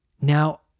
Now